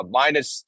minus